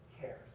cares